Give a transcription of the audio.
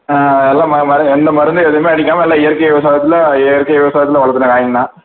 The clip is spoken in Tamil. ஆ எல்லாம் ம மரு எந்த மருந்து எதுவுமே அடிக்காமல் எல்லாம் இயற்கை விவசாயத்தில் இயற்கை விவசாயத்தில் வளருதுண்ணா காய்கள்லாம்